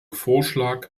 vorschlag